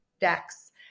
decks